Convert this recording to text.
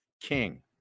king